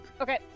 Okay